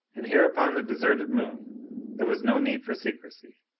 and here upon the deserted moon there was no need for secrecy.